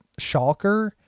Schalker